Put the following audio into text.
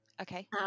Okay